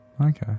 Okay